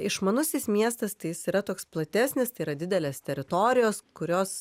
išmanusis miestas tai yra toks platesnis tai yra didelės teritorijos kurios